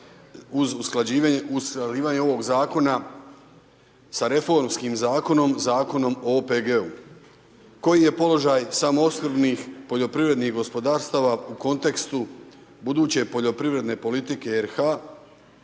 uz usklađivanje ovog zakona sa reformskim zakonom, zakonom o OPG-u. koji je položaj samoopskrbnih poljoprivrednih gospodarstava u kontekstu buduće poljoprivredne politike RH,